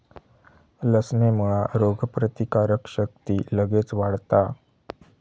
लसणेमुळा रोगप्रतिकारक शक्ती लगेच वाढता